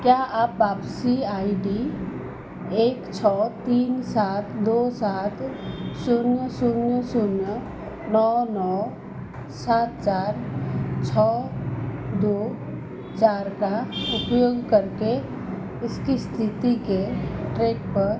क्या आप वापसी आई डी एक छः तीन सात दो सात शून्य शून्य शून्य नौ नौ सात सात छः दो चार का उपयोग करके उसकी स्थिति के ट्रैक पर